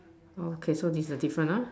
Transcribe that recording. okay so this is the different lah